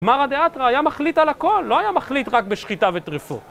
מרא דאתרא היה מחליט על הכל, לא היה מחליט רק בשחיטה וטרפות.